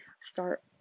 start